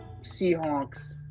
Seahawks